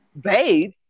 babe